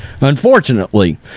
unfortunately